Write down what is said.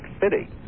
city